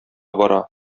бара